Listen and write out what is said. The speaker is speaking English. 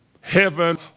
heaven